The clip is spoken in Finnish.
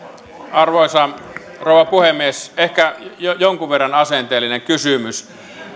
arvoisa rouva puhemies ehkä jonkun verran asenteellinen kysymys